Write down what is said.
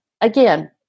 again